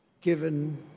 given